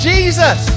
Jesus